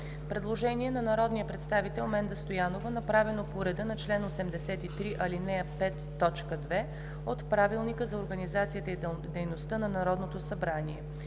Предложение на народния представител Менда Стоянова, направено по реда на чл. 83, ал. 5, т. 2 от Правилника за организацията и дейността на Народното събрание.